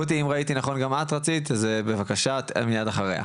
רותי את מיד אחריה.